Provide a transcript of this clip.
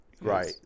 Right